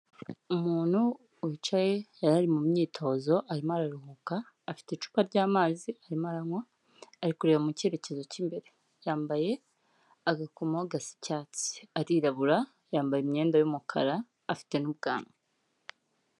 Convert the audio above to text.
Umuntu wicaye, yari ari mu myitozo, arimo araruhuka, afite icupa ry'amazi, arimo aranywa, ari kureba mu cyerekezo cy'imbere. Yambaye agakomo gasa icyatsi. Arirabura, yambaye imyenda y'umukara, afite n'ubwanwa.